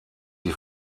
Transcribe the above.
die